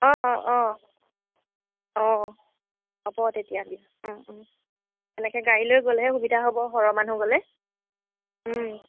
অঁ অঁ অঁ হ'ব তেতিয়া দিয়া এনেকৈ গাড়ী লৈ গ'লেহে সুবিধা হ'ব সৰহ মানুহ গ'লে